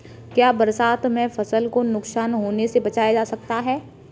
क्या बरसात में फसल को नुकसान होने से बचाया जा सकता है?